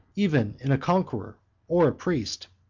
even in a conqueror or a priest,